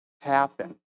happen